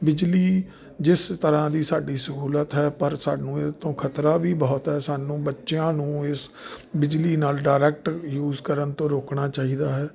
ਬਿਜਲੀ ਜਿਸ ਤਰ੍ਹਾਂ ਦੀ ਸਾਡੀ ਸਹੂਲਤ ਹੈ ਪਰ ਸਾਨੂੰ ਇਹਦੇ ਤੋਂ ਖਤਰਾ ਵੀ ਬਹੁਤ ਹੈ ਸਾਨੂੰ ਬੱਚਿਆਂ ਨੂੰ ਇਸ ਬਿਜਲੀ ਨਾਲ ਡਾਇਰੈਕਟਰ ਯੂਜ ਕਰਨ ਤੋਂ ਰੋਕਣਾ ਚਾਹੀਦਾ ਹੈ